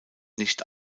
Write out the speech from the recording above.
nicht